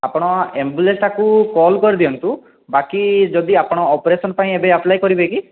ଆପଣ ଆମ୍ବୁଲାନ୍ସଟାକୁ କଲ୍ କରିଦିଅନ୍ତୁ ବାକି ଯଦି ଆପଣ ଅପରେସନ୍ ପାଇଁ ଏବେ ଆପ୍ଲାଏ କରିବେ କି